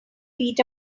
feet